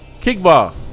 kickball